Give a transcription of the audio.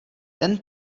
ten